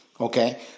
Okay